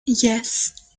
yes